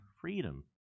freedom